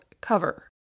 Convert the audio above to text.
cover